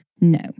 No